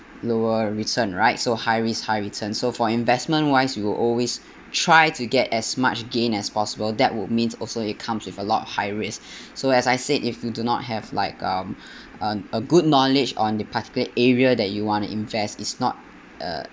lower return right so high risk high return so for investment wise you will always try to get as much gain as possible that would means also it comes with a lot of high risk so as I said if you do not have like um a a good knowledge on the particular area that you want to invest is not uh